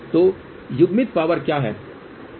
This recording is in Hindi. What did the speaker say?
तो युग्मित पावर क्या है